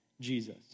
Jesus